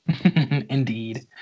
Indeed